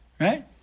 right